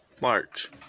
March